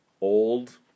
old